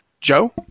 Joe